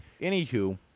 Anywho